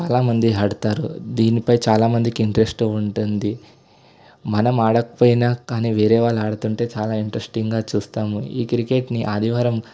చాలామంది ఆడతారు దీనిపై చాలామందికి ఇంట్రెస్ట్ ఉంటుంది మనం ఆడకపోయినా కానీ వేరే వాళ్ళు ఆడుతుంటే చాలా ఇంట్రెస్టింగ్గా చూస్తాము ఈ క్రికెట్ని ఆదివారం